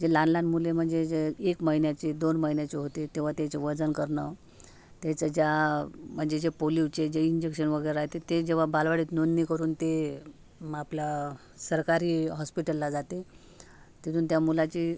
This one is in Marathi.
जे लहान लहान मुले म्हणजे जे एक महिन्याचे दोन महिन्याचे होते तेव्हा त्याचे वजन करणं त्याहीचं ज्या म्हणजे जे पोलिओचे जे इंजेक्शन वगं राहते ते जेव्हा बालवाडीत नोंदणी करून ते मापला सरकारी हॉस्पिटलला जाते तिथून त्या मुलाचे